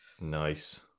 Nice